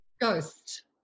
Ghost